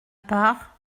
part